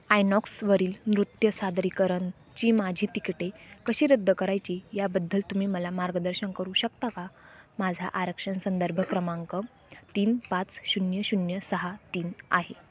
आयनॉक्सवरील नृत्य सादरीकरणाची माझी तिकटे कशी रद्द करायची याबद्दल तुम्ही मला मार्गदर्शन करू शकता का माझा आरक्षण संदर्भ क्रमांक तीन पाच शून्य शून्य सहा तीन आहे